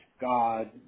God